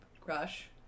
crush